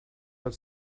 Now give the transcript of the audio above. but